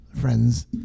friends